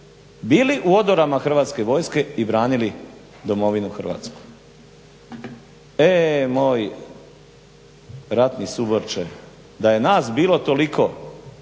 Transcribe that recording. bili u odorama Hrvatske vojske i branili domovinu Hrvatsku. E moj ratni suborče, da je nas bilo toliko